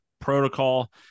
protocol